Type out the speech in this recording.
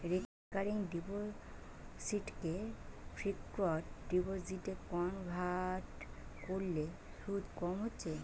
recurring ডিপোসিটকে fixed ডিপোজিটে convert কোরলে শুধ কম হচ্ছে